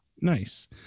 Nice